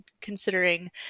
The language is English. considering